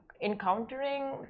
encountering